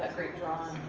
ah greek cross,